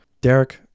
Derek